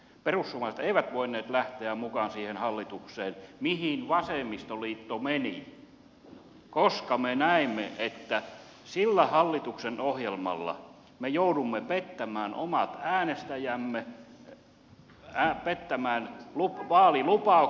perussuomalaiset eivät voineet lähteä mukaan siihen hallitukseen mihin vasemmistoliitto meni koska me näimme että sillä hallituksen ohjelmalla me joudumme pettämään omat äänestäjämme pettämään vaalilupauksemme